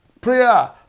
prayer